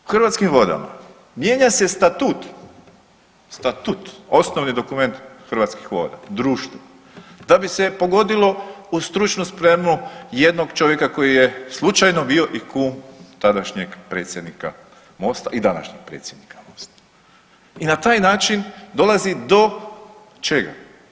U Hrvatskim vodama mijenja se Statut, Statut osnovni dokument Hrvatskih voda, društva da bi se pogodilo u stručnu spremu jednog čovjeka koji je slučajno bio i kum tadašnjeg predsjednika MOST-a i današnjeg predsjednika MOST-a i na taj način dolazi do čega?